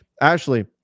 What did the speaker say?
Ashley